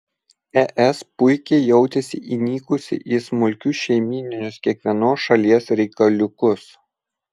es puikiai jautėsi įnikusi į smulkius šeimyninius kiekvienos šalies reikaliukus